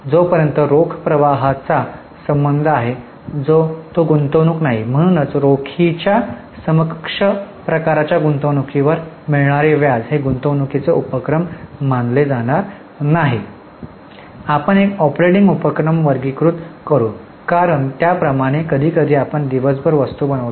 जोपर्यंत रोख प्रवाहाचा संबंध आहे तो गुंतवणूक नाही म्हणूनच रोखीच्या समकक्ष प्रकारच्या गुंतवणुकीवर मिळणारे व्याज हे गुंतवणूकीचे उपक्रम मानले जाणार नाही आपण एक ऑपरेटिंग उपक्रम वर्गीकृत करू कारण त्याचप्रमाणे कधीकधी आपण दिवसभर वस्तू बनवतो